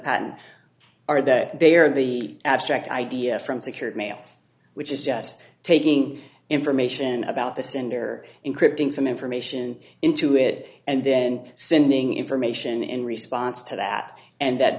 are that they are the abstract idea from secured mail which is just taking information about the sender encrypting some information into it and then sending information in response to that and that